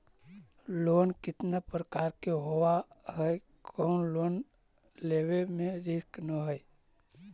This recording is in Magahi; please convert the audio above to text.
लोन कितना प्रकार के होबा है कोन लोन लेब में रिस्क न है?